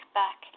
back